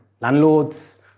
landlords